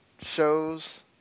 shows